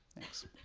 thanks.